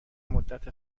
مدت